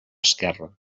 esquerra